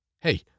Hey